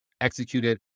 executed